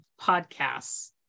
podcasts